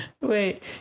wait